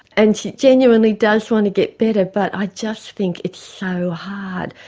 and she genuinely does want to get better, but i just think it's so hard.